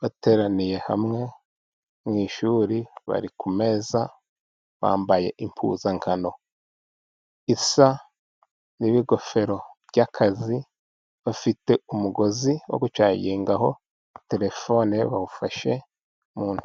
bateraniye hamwe mu ishuri, bari kumeza, bambaye impuzankano isa n'ibigofero by'akazi, bafite umugozi wo gucagingaho telefone, bawufashe mu ntoki.